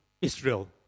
Israel